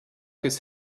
his